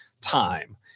time